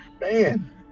Man